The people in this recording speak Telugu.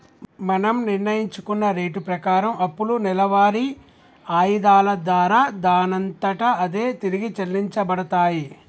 మనం నిర్ణయించుకున్న రేటు ప్రకారం అప్పులు నెలవారి ఆయిధాల దారా దానంతట అదే తిరిగి చెల్లించబడతాయి